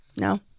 No